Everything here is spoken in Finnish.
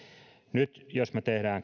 nyt jos me teemme